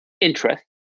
interest